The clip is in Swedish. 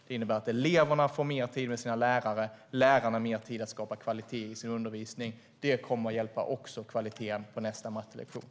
Det innebär att eleverna får mer tid med sina lärare och att lärarna får mer tid att skapa kvalitet i sin undervisning. Det kommer också att höja kvaliteten på nästa mattelektion.